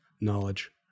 knowledge